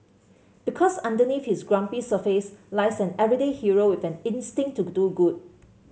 because underneath his grumpy surface lies an everyday hero with an instinct to do good